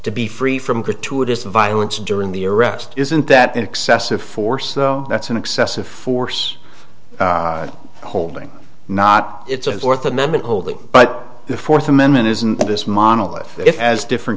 to be free from gratuitous violence during the arrest isn't that excessive force though that's an excessive force holding not it's a fourth amendment holding but the fourth amendment isn't this monolith it as different